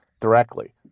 directly